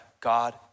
God